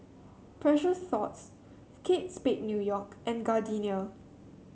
Precious Thots Kate Spade New York and Gardenia